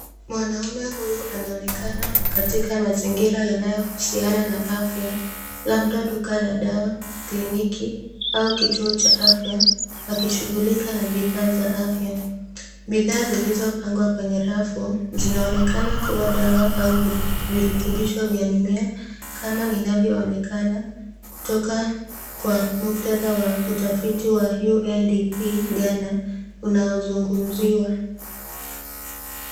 Mwanaume huyu anaonekana katika mazingira yanayohusiana na afya, labda duka la dawa ,kliniki au kituo cha afya , akishughulika na bidhaa za afya .Bidhaa zilizopangwa kwenye rafu zinaonekana kuwa dawa au virutubisho vya mimea kama inavyoonekana kutoka kwa muktadha wa utafiti wa UNDP Ghana unaozungumziwa.